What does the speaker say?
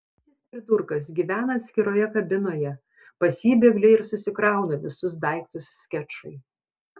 jis pridurkas gyvena atskiroje kabinoje pas jį bėgliai ir susikrauna visus daiktus skečui